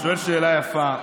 אתה שואל שאלה יפה.